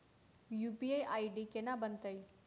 UPI ID केना बनतै?